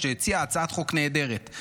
שהציעה הצעת חוק נהדרת.